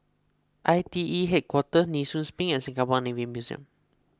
I T E Headquarters Nee Soon Spring and Singapore Navy Museum